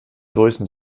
größen